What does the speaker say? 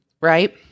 right